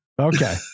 Okay